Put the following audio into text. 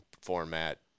format